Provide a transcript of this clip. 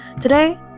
today